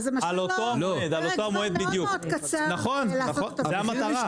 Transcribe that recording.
זה משאיר פרק זמן מאוד קצר לעשות את השינוי.